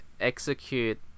execute